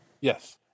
Yes